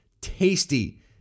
tasty